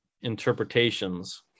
interpretations